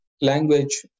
language